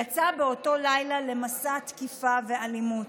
יצא באותו לילה למסע תקיפה ואלימות.